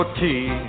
tea